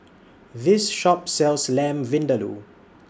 This Shop sells Lamb Vindaloo